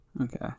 Okay